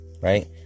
right